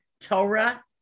Torah